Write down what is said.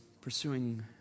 pursuing